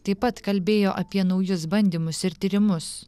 taip pat kalbėjo apie naujus bandymus ir tyrimus